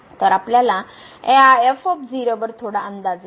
तर आपल्याला या वर थोडा अंदाज येईल